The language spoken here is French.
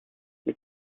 les